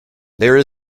there